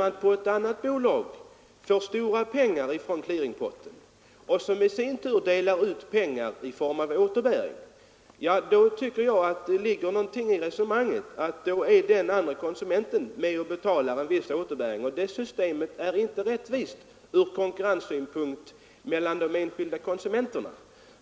Ett annat bolag får däremot stora pengar från clearingpotten och delar i sin tur ut pengar i form av återbäring. Då tycker jag att det ligger någonting i resonemanget att den här konsumenten är med och betalar en viss återbäring, och det systemet är inte rättvist ur konkurrenssynpunkt för de enskilda konsumenterna.